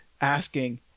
asking